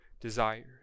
desires